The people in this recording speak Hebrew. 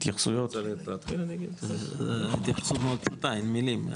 אין מילים.